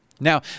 Now